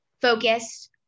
focused